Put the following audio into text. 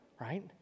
Right